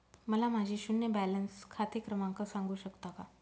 मला माझे शून्य बॅलन्स खाते क्रमांक सांगू शकता का?